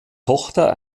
tochter